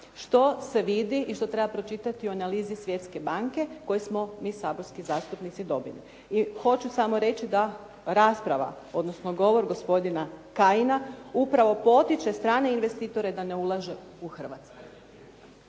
što se vidi i što treba pročitati u analizi Svjetske banke koju smo mi saborski zastupnici dobili. I hoću samo reći da rasprava odnosno govor gospodina Kajina upravo potiče strane investitore da ne ulažu u Hrvatsku.